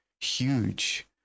huge